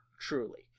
truly